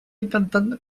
intentant